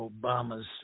Obama's